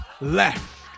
left